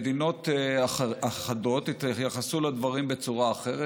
מדינות אחדות התייחסו לדברים בצורה אחרת.